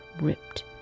ripped